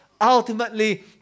ultimately